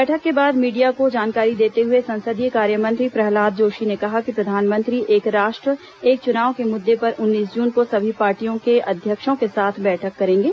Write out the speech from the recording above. बैठक के बाद मीडिया को जानकारी देते हुए संसदीय कार्यमंत्री प्रहलाद जोशी ने कहा कि प्रधानमंत्री एक राष्ट्र एक चुनाव के मुद्दे पर उन्नीस जून को सभी पार्टियों के अध्यक्षों के साथ बैठक करेंगे